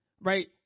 Right